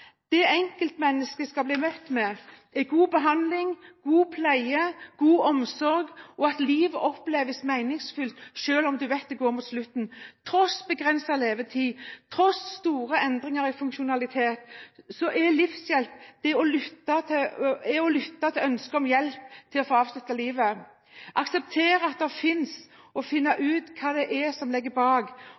Det enkeltmennesket skal bli møtt med, er så god behandling, god pleie og god omsorg at livet oppleves meningsfullt selv om en vet at det går mot slutten – tross begrenset levetid, tross store endringer i funksjonsevne. Livshjelp er det å lytte til ønsket om hjelp til å få avslutte livet, akseptere at det finnes, finne ut hva det er som ligger bak,